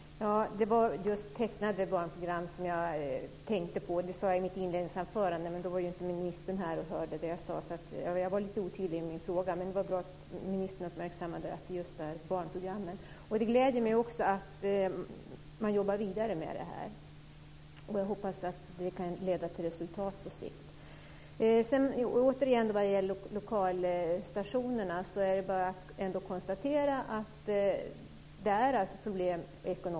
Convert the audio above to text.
Fru talman! Det var just tecknade barnprogram som jag tänkte på. Det sade jag i mitt inledningsanförande, men då var inte ministern här och hörde. Jag var lite otydlig i min fråga, men det var bra att ministern uppmärksammade att det just gällde barnprogrammen. Det gläder mig att man jobbar vidare med det här. Jag hoppas att det kan leda till resultat på sikt. Återigen när det gäller lokalstationerna är det bara att konstatera att det är ekonomiska problem.